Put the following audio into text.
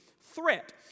threat